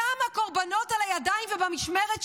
כמה קורבנות על הידיים ובמשמרת שלו?